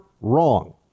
wrong